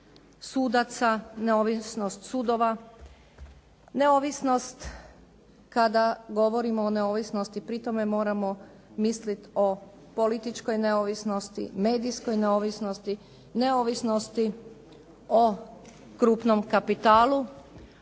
sudaca, neovisnost sudova. Kada govorimo o neovisnosti pri tome moramo misliti o političkoj neovisnosti, medijskoj neovisnosti, neovisnosti o krupnom kapitalu